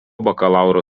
bakalauro